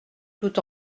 tout